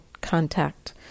contact